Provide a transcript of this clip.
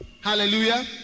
Hallelujah